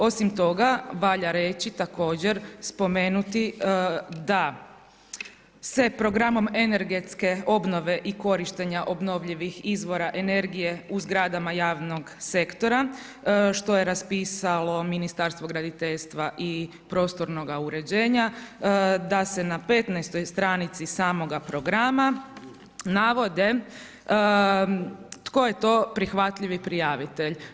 Osim toga valja reći također, spomenuti da se programom Energetske obnove i korištenja obnovljivih izvora energije u zgradama javnog sektora što je raspisalo Ministarstvo graditeljstva i prostornoga uređenja da se na 15. stranici samoga programa navode tko je to prihvatljivi prijavitelj.